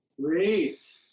Great